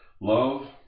Love